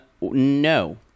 no